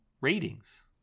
ratings